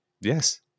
Yes